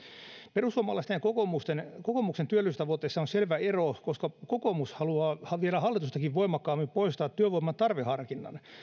perussuomalaisten ja kokoomuksen työllisyystavoitteissa on selvä ero koska kokoomus haluaa vielä hallitustakin voimakkaammin poistaa työvoiman tarveharkinnan